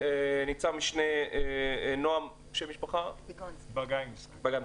נצ"מ נועם בגינסקי,